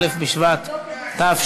א' בשבט התשע"ו,